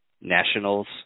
nationals